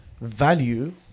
value